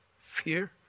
Fear